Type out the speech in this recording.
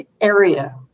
area